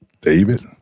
David